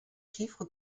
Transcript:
chiffre